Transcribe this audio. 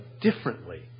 differently